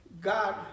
God